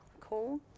cool